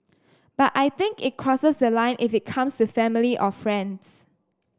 but I think it crosses the line if it comes to family or friends